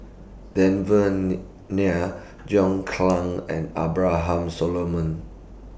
Devan Nair John Clang and Abraham Solomon